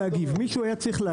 מישהו היה צריך להגיב.